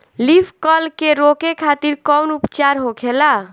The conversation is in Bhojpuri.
लीफ कल के रोके खातिर कउन उपचार होखेला?